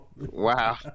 Wow